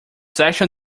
section